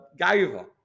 gaiva